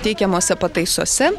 teikiamose pataisose